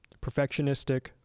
perfectionistic